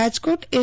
Rajkot S